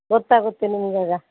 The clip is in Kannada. ಗೊತ್ತಾಗುತ್ತೆ ನಿಮ್ಗೆ ಆಗ